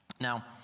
Now